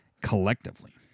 collectively